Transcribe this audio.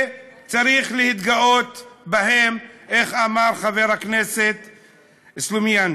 וצריך להתגאות בהם, כך אמר חבר הכנסת סלומינסקי.